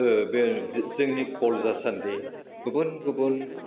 ओह बे जो जोंनि कल जासान्दि गुबुन गुबुन